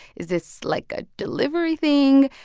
is this, like, a delivery thing?